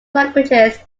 languages